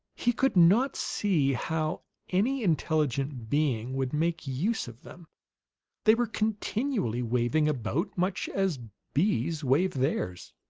he could not see how any intelligent being would make use of them they were continually waving about, much as bees wave theirs.